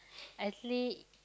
actually